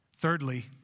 Thirdly